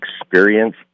experience